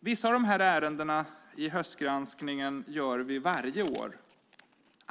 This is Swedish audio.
dessa ärenden i höstgranskningen gör vi varje år.